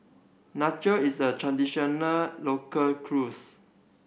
nachos is a traditional local cuisine